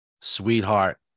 sweetheart